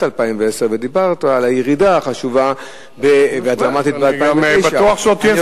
2010 ודיברת על הירידה החשובה והדרמטית ב-2009.